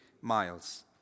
miles